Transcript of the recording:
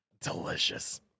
Delicious